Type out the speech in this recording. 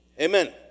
amen